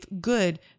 good